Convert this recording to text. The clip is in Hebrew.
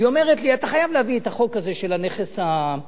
והיא אומרת: אתה חייב להביא את החוק הזה של הנכס ההרוס,